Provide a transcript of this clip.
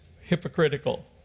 hypocritical